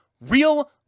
real